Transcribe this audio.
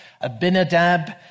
Abinadab